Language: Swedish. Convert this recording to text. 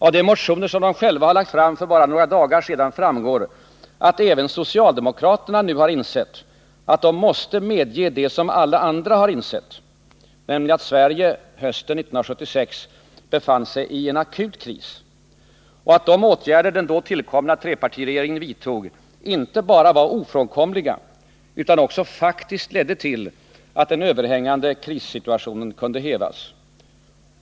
Av de motioner som de själva lagt fram för bara några dagar sedan framgår att även socialdemokraterna nu har insett att de måste medge det som alla andra har insett, nämligen att Sverige hösten 1976 befann sig i en akut kris och att de åtgärder den då tillkomna trepartiregeringen vidtog inte bara var ofrånkomliga utan också faktiskt ledde till att den överhängande krissituationen kunde hävas.